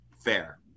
Fair